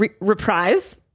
Reprise